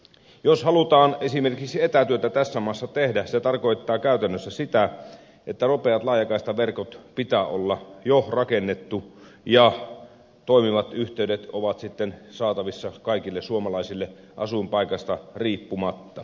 jos halutaan esimerkiksi etätyötä tässä maassa tehdä se tarkoittaa käytännössä sitä että nopeat laajakaistaverkot pitää olla jo rakennettu ja toimivat yhteydet ovat sitten saatavissa kaikille suomalaisille asuinpaikasta riippumatta